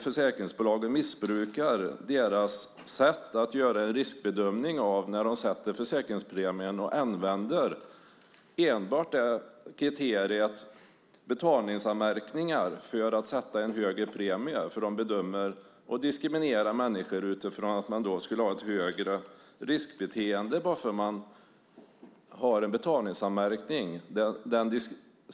Försäkringsbolagen missbrukar sitt sätt att göra en riskbedömning när de sätter försäkringspremien och enbart använder kriteriet betalningsanmärkningar för att sätta en högre premie. De diskriminerar människor utifrån att man skulle ha ett större riskbeteende bara för att man har en betalningsanmärkning.